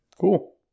cool